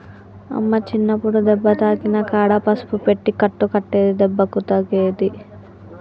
అమ్మ చిన్నప్పుడు దెబ్బ తాకిన కాడ పసుపు పెట్టి కట్టు కట్టేది దెబ్బకు తగ్గేది